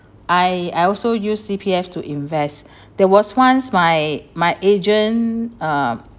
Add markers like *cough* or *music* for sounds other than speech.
I I also use C_P_F to invest *breath* there was once my my agent uh